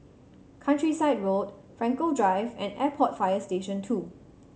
Countryside Road Frankel Drive and Airport Fire Station Two